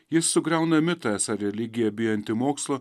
jis sugriauna mitą esą religija bijanti mokslo